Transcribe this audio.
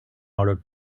order